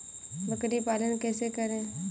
बकरी पालन कैसे करें?